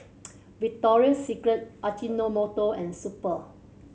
Victoria Secret Ajinomoto and Super